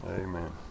Amen